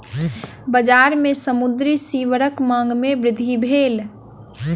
बजार में समुद्री सीवरक मांग में वृद्धि भेल